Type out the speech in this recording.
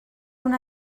una